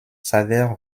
s’avère